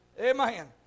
amen